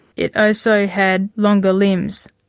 it also had longer limbs.